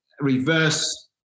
reverse